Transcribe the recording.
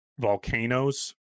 volcanoes